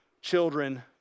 children